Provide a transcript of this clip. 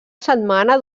setmana